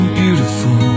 beautiful